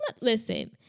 Listen